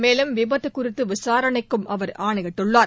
மேலும் விபத்து குறித்து விசாரணைக்கும் அவர் ஆணையிட்டுள்ளார்